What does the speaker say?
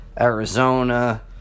Arizona